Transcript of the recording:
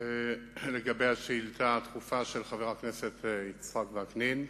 לגבי השאילתא הדחופה של חבר הכנסת יצחק וקנין,